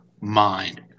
mind